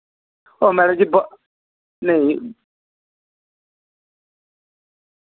ओह् मैडम जी ब नेईं